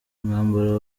umwambaro